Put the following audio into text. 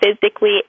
physically